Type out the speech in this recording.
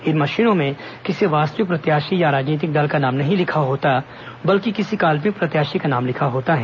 इन मशीनों में किसी वास्तविक प्रत्याशी या राजनीतिक दल का नाम नहीं लिखा होता बल्कि किसी काल्पनिक प्रत्याशी का नाम लिखा होता है